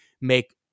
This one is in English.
make